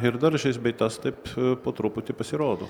ir dar šis bei tas taip po truputį pasirodo